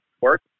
work